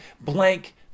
blank